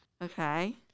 Okay